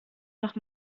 noch